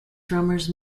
drummers